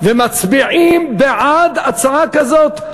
ומצביעים בעד הצעה כזאת,